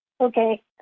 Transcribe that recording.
Okay